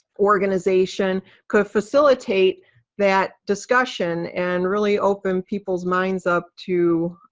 organization could facilitate that discussion. and really open people's minds up to